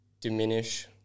diminish